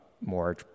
more